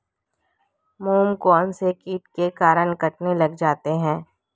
मूंग कौनसे कीट के कारण कटने लग जाते हैं?